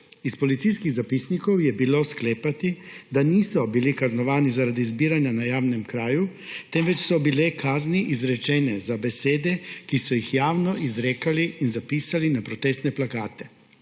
iz policijskih zapisnikov je bilo sklepati, da niso bili kaznovani zaradi zbiranja na javnem kraju, temveč so bile kazni izrečene za besede, ki so jih javno izrekali in zapisali na protestne plakate.